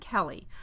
Kelly